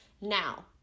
Now